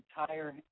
entire